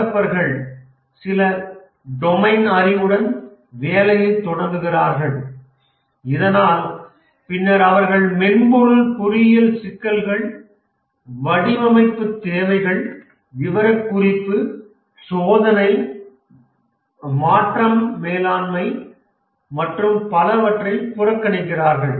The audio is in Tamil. டெவலப்பர்கள் சில டொமைன் அறிவுடன் வேலையை தொடங்குகிறார்கள் இதனால் பின்னர் அவர்கள் மென்பொருள் பொறியியல் சிக்கல்கள் வடிவமைப்பு தேவைகள் விவரக்குறிப்பு சோதனை மாற்றம் மேலாண்மை மற்றும் பலவற்றை புறக்கணிக்கிறார்கள்